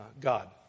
God